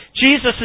Jesus